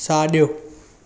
साॼो